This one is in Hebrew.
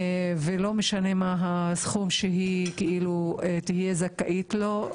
לא משנה מה הסכום שהיא תהיה זכאית לו,